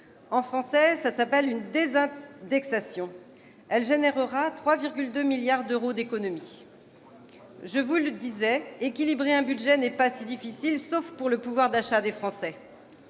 En français, cela s'appelle une désindexation. Elle produira 3,2 milliards d'euros d'économies. Je vous le disais, équilibrer un budget n'est pas si difficile, sauf pour le pouvoir d'achat des Français.